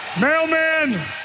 mailman